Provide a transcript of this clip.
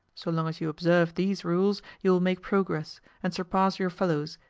so long as you observe these rules you will make progress, and surpass your fellows,